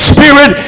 Spirit